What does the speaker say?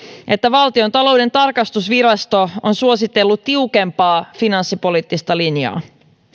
että valtiontalouden tarkastusvirasto on suositellut tiukempaa finanssipoliittista linjaa